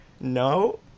No